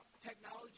technology